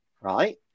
right